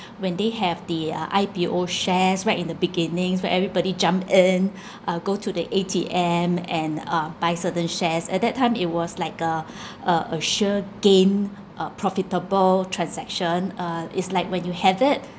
when they have the uh I_P_O shares right in the beginnings where everybody jumped in uh go to the A_T_M and uh buy certain shares at that time it was like a a a sure gain a profitable transaction uh is like when you have it